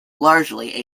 largely